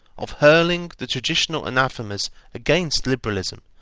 of hurling the traditional anathemas against liberalism,